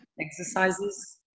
exercises